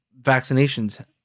vaccinations